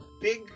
big